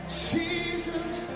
seasons